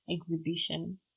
Exhibition